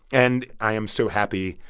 and i am so happy,